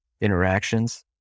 interactions